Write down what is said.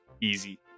Easy